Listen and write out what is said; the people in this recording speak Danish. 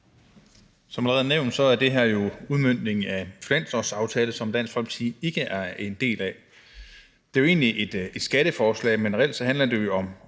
Som allerede nævnt er det her jo en udmøntning af finanslovsaftalen, som Dansk Folkeparti ikke er en del af. Det er jo egentlig et skatteforslag, men reelt handler det om